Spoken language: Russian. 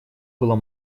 было